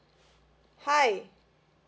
hi